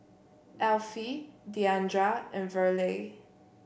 Alfie Diandra and Verle